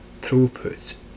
throughput